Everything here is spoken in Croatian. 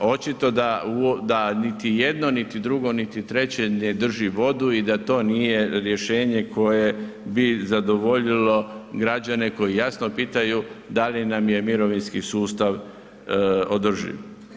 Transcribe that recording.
Očito da niti jedno, niti drugo, niti treće ne drži vodu i da to nije rješenje koje bi zadovoljilo građane koji jasno pitaju da li nam je mirovinski sustav održiv.